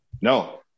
No